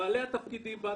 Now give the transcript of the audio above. בעלי התפקידים בה,